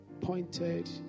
pointed